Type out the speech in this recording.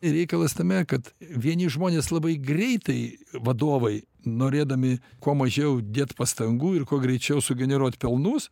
reikalas tame kad vieni žmonės labai greitai vadovai norėdami kuo mažiau dėt pastangų ir kuo greičiau sugeneruot pelnus